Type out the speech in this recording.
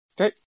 Okay